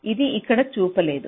ఇది ఇక్కడ చూపలేదు